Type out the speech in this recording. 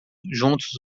juntos